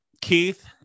Keith